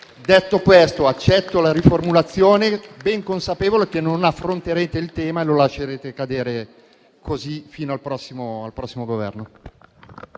Detto questo, accetto la riformulazione, ben consapevole del fatto che non affronterete il tema e che lo lascerete cadere fino al prossimo Governo.